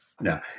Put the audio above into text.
No